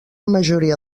majoria